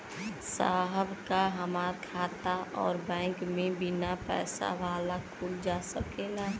साहब का हमार खाता राऊर बैंक में बीना पैसा वाला खुल जा सकेला?